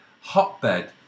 hotbed